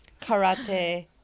karate